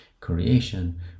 creation